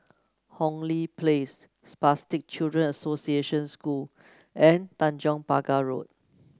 Hong Lee Place Spastic Children Association School and Tanjong Pagar Road